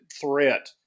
threat